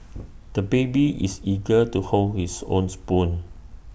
the baby is eager to hold his own spoon